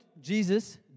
Jesus